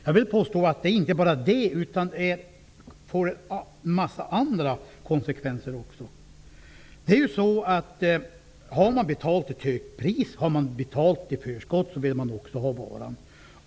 Men jag menar att det finns en mängd andra konsekvenser. Om man har betalt ett högt pris i förskott, bör man också få varan.